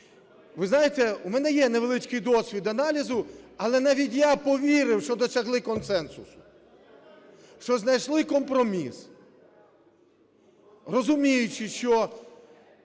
Ви знаєте, у мене є невеличкий досвід аналізу, але навіть я повірив, що досягли консенсусу, що знайшли компроміс, розуміючи, що